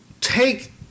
take